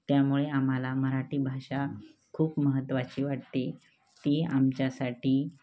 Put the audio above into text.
त्यामुळे आम्हाला मराठी भाषा खूप महत्त्वाची वाटते ती आमच्यासाठी